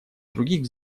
других